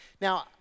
Now